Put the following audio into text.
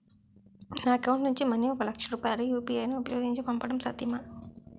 నా అకౌంట్ నుంచి మనీ ఒక లక్ష రూపాయలు యు.పి.ఐ ను ఉపయోగించి పంపడం సాధ్యమా?